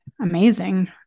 Amazing